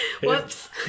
Whoops